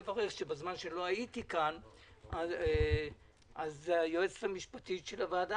בזמן שלא הייתי כאן היועצת המשפטית של הוועדה